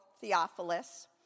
Theophilus